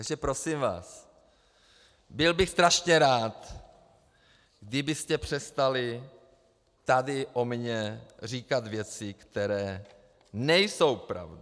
Takže prosím vás, byl bych strašně rád, kdybyste přestali tady o mně říkat věci, které nejsou pravda.